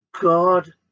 God